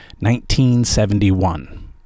1971